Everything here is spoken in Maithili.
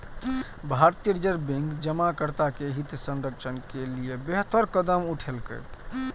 भारतीय रिजर्व बैंक जमाकर्ता के हित संरक्षण के लिए बेहतर कदम उठेलकै